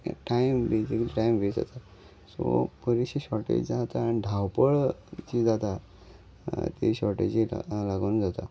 time बीज time waste जाता सो बरेचशे शॉर्टेज जाता आनी धांवपळ जी जाता ती शॉर्टेजी लागून जाता